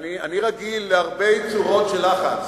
אני רגיל להרבה צורות של לחץ,